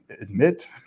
admit